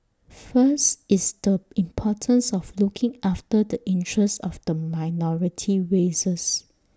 first is the importance of looking after the interest of the minority races